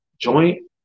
joint